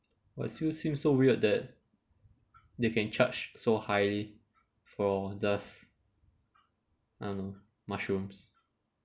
but still seem so weird that they can charge so high for just I don't know mushrooms